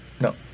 no